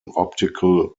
optical